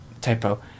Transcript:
typo